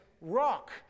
rock